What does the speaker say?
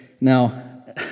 Now